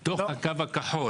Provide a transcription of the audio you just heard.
בקו הכחול